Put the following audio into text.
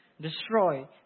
Destroy